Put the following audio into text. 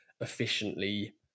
efficiently